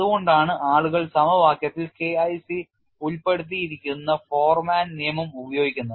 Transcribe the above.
അതുകൊണ്ടാണ് ആളുകൾ സമവാക്യത്തിൽ K IC ഉൾപ്പെടുത്തിയിരിക്കുന്ന ഫോർമാൻ നിയമം ഉപയോഗിക്കുന്നത്